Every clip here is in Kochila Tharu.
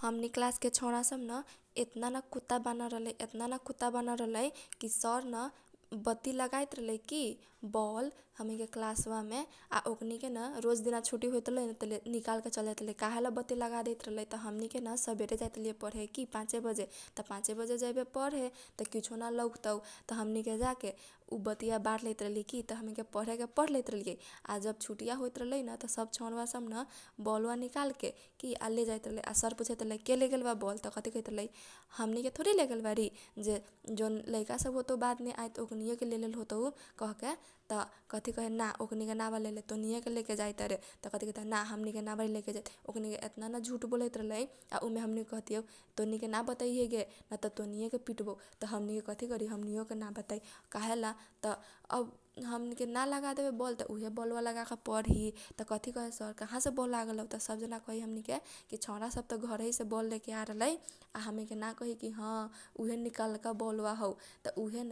हमनी कलासके छौरा सब न एतना न कुत्ता बानर रहलै एतना न कुत्ता बानर रहलै की सर न बती लगाइत रहलै की बौल हमनी के कलासवा मे आ ओकनीके न रोज दिना छुट्टी होइत रहलैन त निकाल के चल जाइत रहलै। त काहेला बती लगा दैत रहलै न त हमनी के सबेरे जाइत रहलीयै पढे पाचे बजे जैबे पढे त किछो ना लौकतौ त हमनी के जाके उ बतीया बार लैत रहली की। त हमनी के पढ लैत रहलीयै आ हमनी के जब छुट्टीया होइत रहलैन। त सब छौउरा सब न बौलवा निकालके कि आ लेजाइत रहलै आ सर पुछैत रहलैन के लेगेल बा बौल त कथी कहैत रहलै। हमनी के थोरी लेगेल बारी जे जौन लैका सब होतौ बाद मे आइत न ओकनीये लेलेल होतौ कहके। त कथी कहैत रहलै ना उकनी के ना बा लेले तोनीके लेके जाइत बारे त कथी कहैता ना हमनी के ना बारी लेके जाइत ओकनीके एतना रहे झुट बोलैत रहलै। आ उमे हमनी के कहती यौ तोनीके ना बतैहे गे नात तोहनीये पिटबौ त हमनी के कथी करी हमनी यो के ना बताइ। त काहेला त अब हमनी के ना लगा देबे बौल त उहे बोलबा लगाके पढी त कथी कहे सर काहा से बौल लागेलौ त सब जना कही हमनी के की छौउरा सब घरही से बौल लेके आल रहलै। आ हमनी के ना कही की ह उहे निकालका बौलबा हौ त उहेन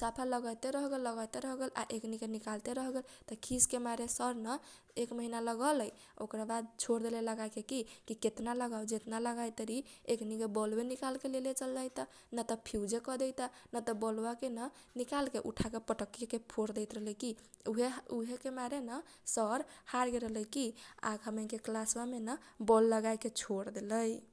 सफा लगैते रहगेल लगैते रहगेल आ एकनी के निकालते रहगेल। त खिसके मारे सर न एक महिना लगलै ओकरा बाद छोर देलै लगाएके की केतना लगाउ जेतना लगाइ तारी एकनी के बौलबे निकालके लेले चल जाइता। न त फिउजे करदेइता ना बौलबा के न निकालके उठाके पटक के भोरदैत रहलै की उहे के मारे न सर हार गेल रहलै की आ हमनी के कलासबा मेन बौल लगाएके छोर देलै।